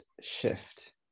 shift